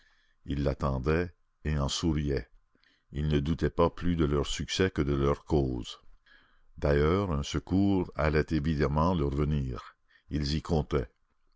ils l'attendaient et en souriaient ils ne doutaient pas plus de leur succès que de leur cause d'ailleurs un secours allait évidemment leur venir ils y comptaient